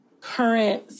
current